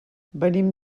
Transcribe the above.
venim